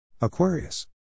Aquarius